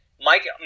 Mike